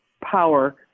power